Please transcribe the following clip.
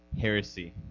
heresy